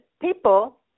people